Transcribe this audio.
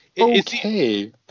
okay